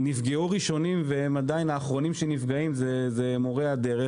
שנפגעו ראשונים והם עדיין האחרונים שנפגעים הם מורי הדרך.